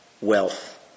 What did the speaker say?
wealth